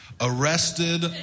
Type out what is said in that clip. arrested